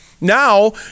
Now